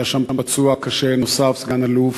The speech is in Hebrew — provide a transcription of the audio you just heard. היה שם פצוע קשה נוסף, סגן-אלוף,